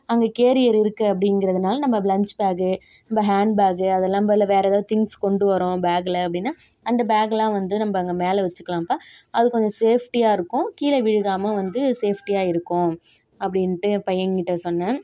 அங்கே கேரியர் இருக்கு அப்படிங்கிறதுனால நம்ம லஞ்ச் பேக்கு இந்த ஹாண்ட் பேக்கு அதெல்லாம் போல் வேற எதாவது திங்ஸ் கொண்டு வறோம் பேக்கில் அப்படின்னா அந்த பேக்லாம் வந்து நம்ம அங்கே மேலே வைச்சிக்கிலாம்பா அது கொஞ்சம் சேஃப்டியாக இருக்கும் கீழே விழுகாமல் வந்து சேஃப்டியாக இருக்கும் அப்படின்ட்டு என் பையன் கிட்ட சொன்னே